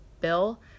bill